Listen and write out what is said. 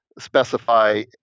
specify